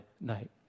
night